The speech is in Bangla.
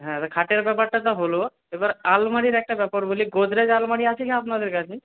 হ্যাঁ খাটের ব্যাপারটা তো হল এবার আলমারির একটা ব্যাপার বলি গোদরেজ আলমারি আছে কি আপনাদের কাছে